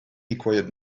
required